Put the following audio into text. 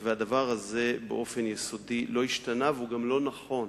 והדבר הזה לא השתנה באופן יסודי, והוא גם לא נכון.